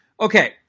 Okay